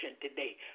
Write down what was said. today